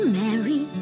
marry